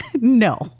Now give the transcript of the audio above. No